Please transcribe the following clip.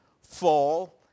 fall